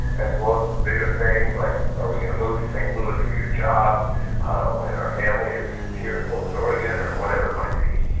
as well as the bigger things like, are we going to move st. louis for your job when our family is is here in portland, oregon, or whatever it might be,